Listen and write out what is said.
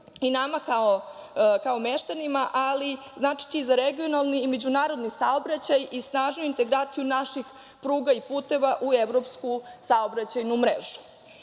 i nama kao meštanima, ali značiće i za regionalni i međunarodni saobraćaj i snažniju integraciju naših pruga i puteva u evropsku saobraćajnu mrežu. Radovi